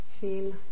feel